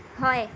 হয়